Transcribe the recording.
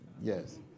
yes